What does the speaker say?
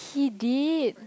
she did